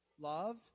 Love